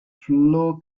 flow